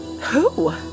who